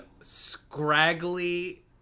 scraggly